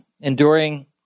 enduring